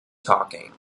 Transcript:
talking